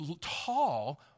tall